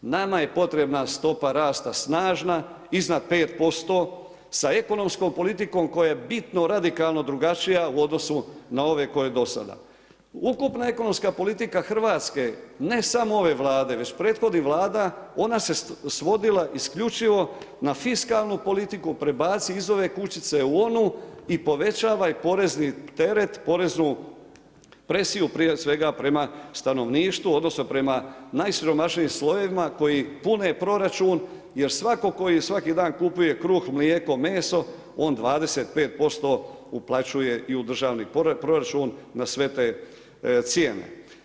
Nama je potrebna stopa rasta snažna iznad 5%, sa ekonomskom politikom koja je bitno radikalno drugačija u odnosu na ove koja je do sada. ukupna ekonomska politika Hrvatske ne samo ove Vlade već prethodnih vlada ona se svodila isključivo na fiskalnu politiku, prebaci iz ove kućice u onu i povećavaj porezni teret, poreznu presiju prije svega prema stanovništvu odnosno prema najsiromašnijim slojevima koji pune proračun jer svako tko svaki dan kupuje kruh, mlijeko, meso on 25% uplaćuje u državni proračun na sve te cijene.